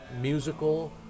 musical